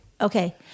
Okay